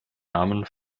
namen